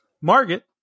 Margaret